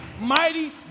mighty